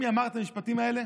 מי אמר את המשפטים האלה?